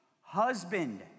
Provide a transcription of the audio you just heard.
husband